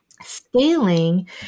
scaling